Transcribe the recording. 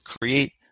create